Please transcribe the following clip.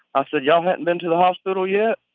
i said, y'all hadn't been to the hospital yet?